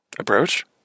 Approach